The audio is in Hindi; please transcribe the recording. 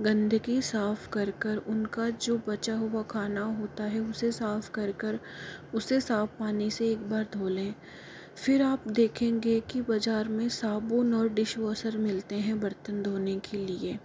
गंदगी साफ कर कर उनका जो बचा हुआ खाना होता है उसे साफ कर कर उसे साफ पानी से एक बार धो लें फिर आप देखंगे कि बाज़ार में साबुन और डिशवॉशर मिलते हैं बर्तन धोने के लिए